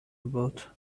about